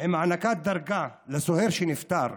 עם הענקת דרגה לסוהר שנפטר,